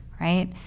right